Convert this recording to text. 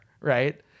Right